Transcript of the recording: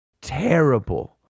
terrible